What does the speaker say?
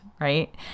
right